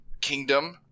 kingdom